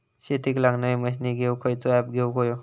शेतीक लागणारे मशीनी घेवक खयचो ऍप घेवक होयो?